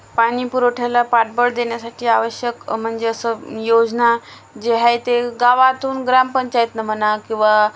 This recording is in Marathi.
पाणी पुरवठ्याला पाठबळ देण्यासाठी आवश्यक म्हणजे असं योजना जे आहे ते गावातून ग्रामपंचायतीनं म्हणा किंवा